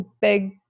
big